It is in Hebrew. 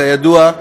כידוע,